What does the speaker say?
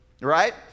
right